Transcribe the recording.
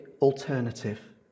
alternative